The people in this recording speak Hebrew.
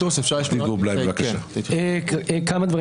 המהומה